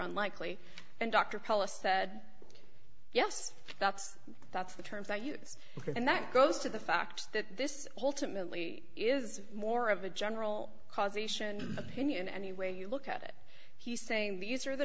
unlikely and dr calloused said yes that's that's the terms i use and that goes to the fact that this whole timidly is more of a general causation opinion any way you look at it he's saying these are the